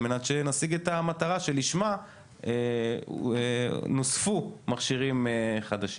על מנת שנשיג את המטרה שלשמה נוספו מכשירים חדשים.